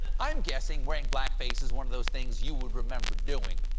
i'm guessing wearing blackface is one of those things you would remember doing,